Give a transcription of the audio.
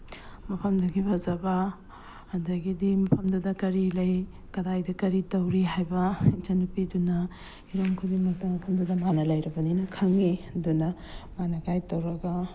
ꯃꯐꯝꯗꯨꯒꯤ ꯐꯖꯕ ꯑꯗꯒꯤꯗꯤ ꯃꯐꯝꯗꯨꯗ ꯀꯔꯤ ꯂꯩ ꯀꯗꯥꯏꯗ ꯀꯔꯤ ꯇꯧꯔꯤ ꯍꯥꯏꯕ ꯏꯆꯟꯅꯨꯄꯤꯗꯨꯅ ꯍꯤꯔꯝ ꯈꯨꯗꯤꯡꯃꯛꯇ ꯃꯐꯝꯗꯨꯗ ꯃꯥꯅ ꯂꯩꯔꯕꯅꯤꯅ ꯈꯪꯉꯤ ꯑꯗꯨꯅ ꯃꯥꯅ ꯒꯥꯏꯠ ꯇꯧꯔꯒ